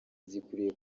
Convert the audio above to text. zikwiriye